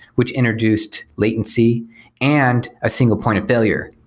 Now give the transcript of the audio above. which introduced latency and a single point of failure.